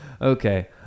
Okay